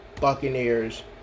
Buccaneers